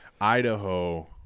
Idaho